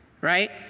right